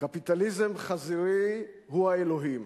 קפיטליזם חזירי הוא האלוהים